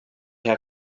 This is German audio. herr